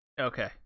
Okay